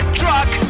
truck